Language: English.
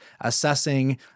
assessing